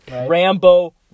Rambo